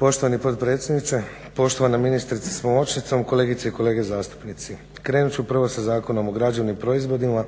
Poštovani potpredsjedniče, poštovana ministrice sa pomoćnicom, kolegice i kolege zastupnici. Krenut ću prvo sa Zakonom o građevnim proizvodima